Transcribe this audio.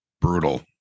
brutal